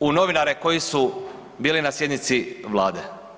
u novinare koji su bili na sjednici Vlade.